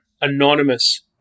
anonymous